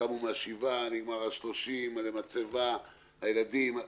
קמו מהשבעה, נגמר השלושים, מקימים מצבה, הילדים.